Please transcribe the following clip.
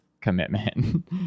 commitment